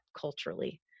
culturally